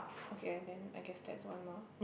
okay and then I guessed that's one more